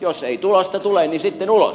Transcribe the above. jos ei tulosta tule niin sitten ulos